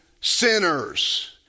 sinners